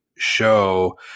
show